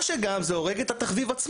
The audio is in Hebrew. מה שזה עושה גם, זה שזה הורג את התחביב עצמו.